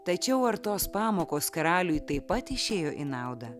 tačiau ar tos pamokos karaliui taip pat išėjo į naudą